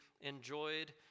enjoyed